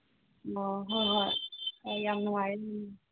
ꯑꯣ ꯍꯣꯏ ꯍꯣꯏ ꯌꯥꯝ ꯅꯨꯡꯉꯥꯏꯔꯦ